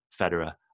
Federer